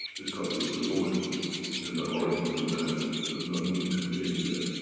the cup is the woman and the orange is the man does not need to be anywhere.